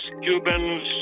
Cubans